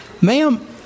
ma'am